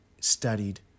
studied